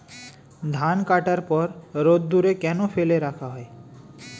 ধান কাটার পর রোদ্দুরে কেন ফেলে রাখা হয়?